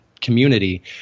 community